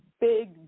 big